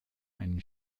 einen